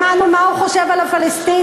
שמענו מה הוא חושב על הפלסטינים.